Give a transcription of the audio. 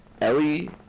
Ellie